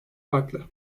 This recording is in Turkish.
farklı